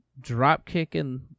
drop-kicking